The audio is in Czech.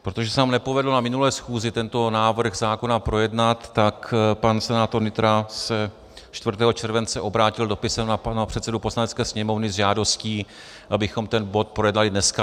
Protože se nám nepovedlo na minulé schůzi tento návrh zákona projednat, tak pan senátor Nytra se 4. července obrátil dopisem na pana předsedu Poslanecké sněmovny s žádostí, abychom ten bod projednali dneska.